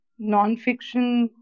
nonfiction